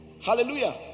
Hallelujah